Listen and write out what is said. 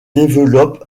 développe